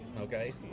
Okay